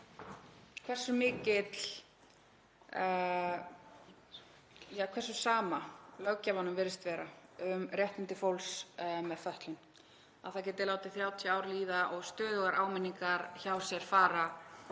svona sýnidæmi um hversu sama löggjafanum virðist vera um réttindi fólks með fötlun, að hann geti látið 30 ár líða og stöðugar áminningar hjá sér fara